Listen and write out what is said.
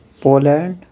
Poland